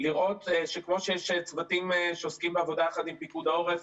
לראות שכמו שיש צוותים שעוסקים בעבודה יחד עם פיקוד העורף,